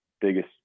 biggest